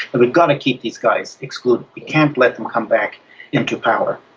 that we've got to keep these guys excluded, we can't let them come back into power,